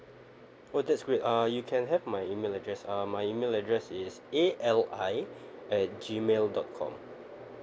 oh that's great uh you can have my email address uh my email address is A L I at G mail dot com